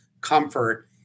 comfort